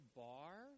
bar